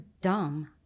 dumb